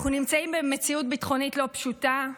אנחנו נמצאים במציאות ביטחונית לא פשוטה.